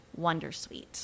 Wondersuite